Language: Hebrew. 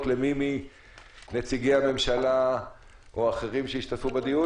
למי מנציגי הממשלה או אחרים שהשתתפו בדיון?